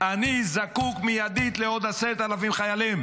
אני זקוק מיידית לעוד 10,000 חיילים.